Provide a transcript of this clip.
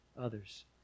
others